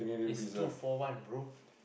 is two four for one bro